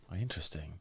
Interesting